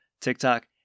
TikTok